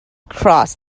cross